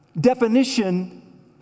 definition